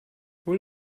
hol